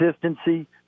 consistency